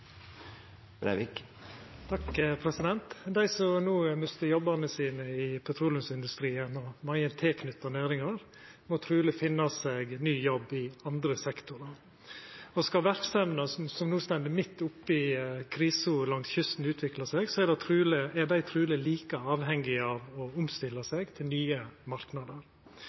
Dei som no mistar jobbane sine i petroleumsindustrien og mange tilknytta næringar, må truleg finna seg ny jobb i andre sektorar. Og skal verksemder som no står midt oppe i krisa langs kysten, utvikla seg, er dei truleg like avhengige av å omstilla seg til nye marknader.